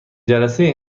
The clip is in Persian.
جلسه